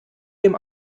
dem